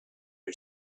had